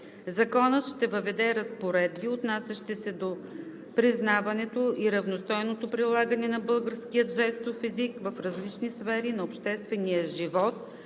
Законът ще въведе разпоредби, отнасящи се до признаването и равностойното прилагане на българския жестов език в различни сфери на обществения живот.